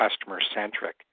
customer-centric